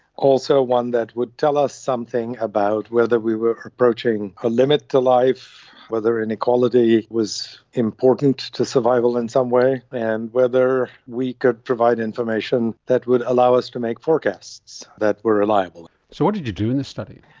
also one that would tell us something about whether we were approaching a limit to life, whether inequality was important to survival in some way, and whether we could provide information that would allow us to make forecasts that were reliable. so what did you do in this study?